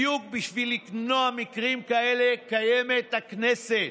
בדיוק בשביל למנוע מקרים כאלה קיימת הכנסת.